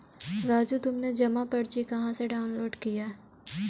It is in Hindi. राजू तुमने जमा पर्ची कहां से डाउनलोड किया?